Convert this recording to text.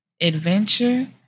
adventure